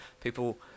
People